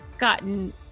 gotten